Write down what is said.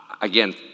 Again